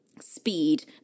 speed